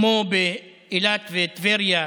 כמו באילת וטבריה,